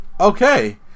Okay